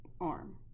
arm